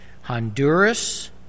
Honduras